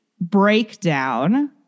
breakdown